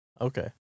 Okay